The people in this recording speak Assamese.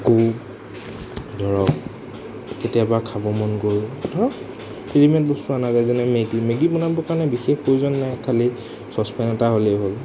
আকৌ ধৰক কেতিয়াবা খাব মন গ'ল ধৰক ৰেডিমেড বস্তু আনা যায় যেনে মেগী মেগী বনাবৰ কাৰণে বিশেষ প্ৰয়োজন খালি চচপেন এটা হ'লেই হ'ল